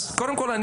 קודם כל,